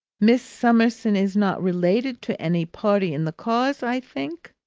miss summerson is not related to any party in the cause, i think?